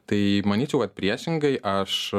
tai manyčiau kad priešingai aš